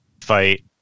fight